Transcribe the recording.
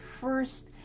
first